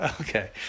okay